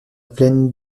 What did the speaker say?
plaine